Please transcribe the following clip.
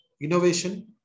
innovation